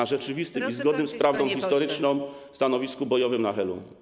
na rzeczywistym i zgodnym z prawdą historyczną stanowisku bojowym na Helu.